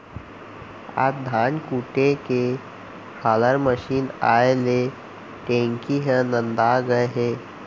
आज धान कूटे के हालर मसीन आए ले ढेंकी ह नंदा गए हे